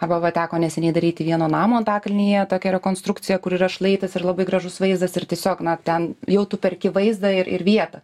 arba va teko neseniai daryti vieno namo antakalnyje tokią rekonstrukciją kur yra šlaitas ir labai gražus vaizdas ir tiesiog na ten jau tu perki vaizdą ir ir vietą